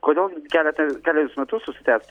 kodėl keleta kelerius metus užsitęs